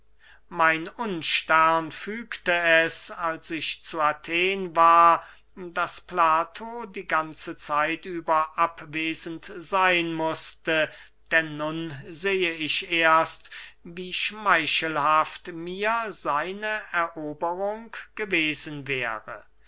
mein unstern fügte es als ich zu athen war daß plato die ganze zeit über abwesend seyn mußte denn nun sehe ich erst wie schmeichelhaft mir seine eroberung gewesen wäre